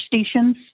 stations